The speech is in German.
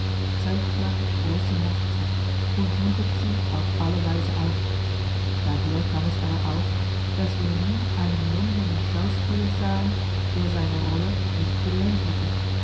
zeigt man große nachsicht und muntert sie auf alle weise auf daher kam es aber auch daß wir nie einen londoner schauspieler sahen der seine rolle nicht gelernt hätte